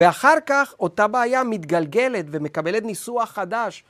ואחר כך, אותה בעיה מתגלגלת ומקבלת ניסוח חדש.